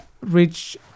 Rich